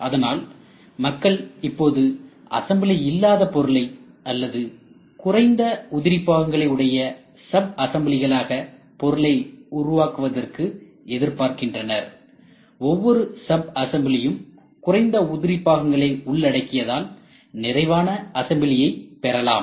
அதனால் மக்கள் இப்போது அசெம்பிளி இல்லாத பொருளை அல்லது குறைந்த உதிரிபாகங்களை உடைய சப்அசெம்பிளிகளாக பொருளை உருவாக்குவதற்கு எதிர்பார்க்கின்றனர் ஒவ்வொரு சப்அசெம்பிளியும் குறைந்த உதிரிபாகங்களை உள்ளடக்கியதால் நிறைவான அசம்பிளியைப் பெறலாம்